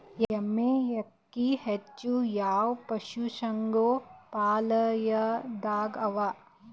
ಎಮ್ಮೆ ಅಕ್ಕಿ ಹೆಚ್ಚು ಯಾವ ಪಶುಸಂಗೋಪನಾಲಯದಾಗ ಅವಾ?